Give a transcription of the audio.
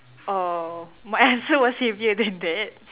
orh my answer was heavier than that